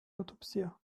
autopsia